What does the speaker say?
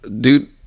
Dude